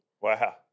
Wow